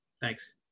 Thanks